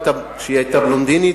היתה שהיא היתה בלונדינית,